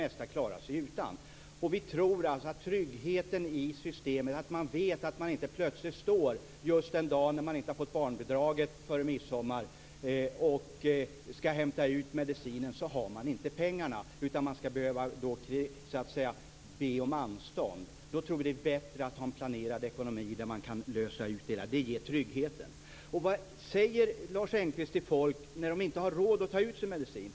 Vi tror alltså på tryggheten i systemet - att man vet att man inte plötsligt, dagen före midsommar när man inte fått barnbidraget, står där och skall hämta ut medicin men inte har pengar. Då skall man alltså så att säga be om anstånd. Vi tror att det är bättre att ha en planerad ekonomi där man kan lösa ut det hela. Det ger trygghet. Vad säger Lars Engqvist till folk som inte har råd att ta ut sin medicin?